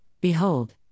behold